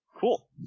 Cool